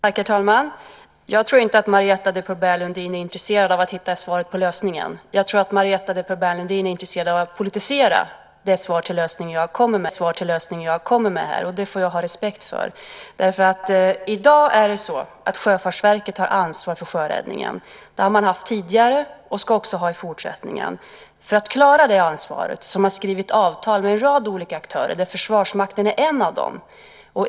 Herr talman! Jag tror inte att Marietta de Pourbaix-Lundin är intresserad av att här hitta lösningen på problemet. Jag tror att Marietta de Pourbaix-Lundin är intresserad av att politisera det svar jag kommer med här, och det får jag ha respekt för. I dag är det så att Sjöfartsverket har ansvar för sjöräddningen. Det har man haft tidigare och ska också ha det i fortsättningen. För att klara det ansvaret har man skrivit avtal med en rad olika aktörer, där Försvarsmakten är en.